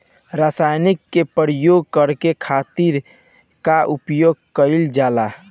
रसायनिक के प्रयोग करे खातिर का उपयोग कईल जाला?